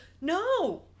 No